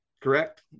correct